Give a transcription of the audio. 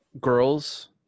girls